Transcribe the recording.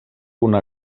una